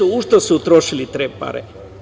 U šta su utrošili te pare?